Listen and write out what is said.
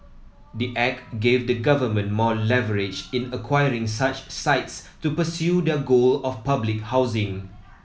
the act gave the government more leverage in acquiring such sites to pursue their goal of public housing